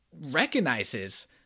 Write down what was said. recognizes